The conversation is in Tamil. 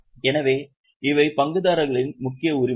எனவே இவை பங்குதாரர்களின் முக்கிய உரிமைகள்